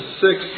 six